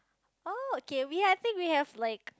oh okay we I think we have like